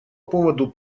поводу